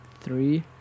three